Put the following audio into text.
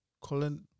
Colin